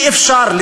אי-אפשר,